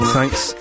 Thanks